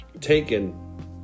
taken